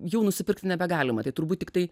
jau nusipirkti nebegalima tai turbūt tiktai